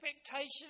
expectation